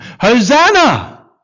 Hosanna